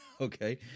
Okay